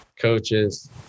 coaches